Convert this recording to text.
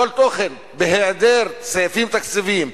בהיעדר סעיפים תקציביים,